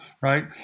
right